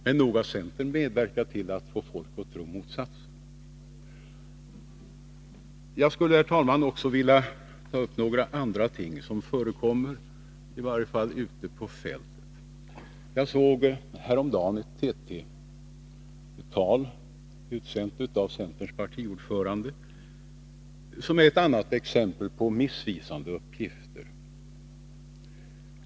Men nog har centern medverkat till att få folk att tro motsatsen. Jag skulle också, herr talman, vilja ta upp några andra ting, som i varje fall förekommer ute på fältet. Jag såg häromdagen ett TT-tal av centerns partiordförande som är ett annat exempel på missvisande uppgifter.